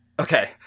Okay